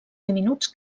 diminuts